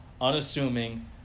unassuming